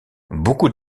beaucoup